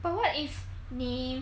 but what if 你